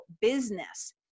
business